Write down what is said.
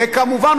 וכמובן,